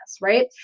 right